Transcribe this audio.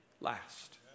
last